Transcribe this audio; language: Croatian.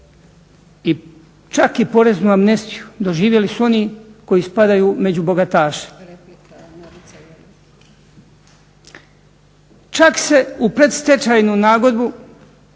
čak i poreznu amnestiju doživjeli su oni koji spadaju među bogataše. Čak se u predstečajnu nagodbu